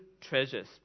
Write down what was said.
treasures